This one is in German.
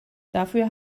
dafür